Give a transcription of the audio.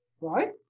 right